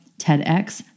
TEDx